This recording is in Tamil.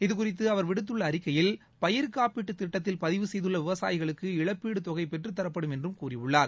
இதுகுறித்து அவர் விடுத்துள்ள அறிக்கையில் பயிர் காப்பீட்டு திட்டத்தில் பதிவு செய்துள்ள விவசாயிகளுக்கு இழப்பீடு தொகை பெற்றுத் தரப்படும் என்றும் கூறியுள்ளார்